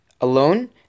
alone